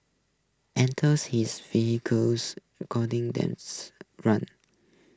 enters his focus recording themes runs